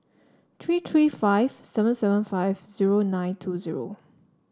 three three five seven seven five zero nine two zero